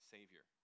Savior